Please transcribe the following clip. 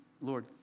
Lord